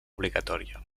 obligatòria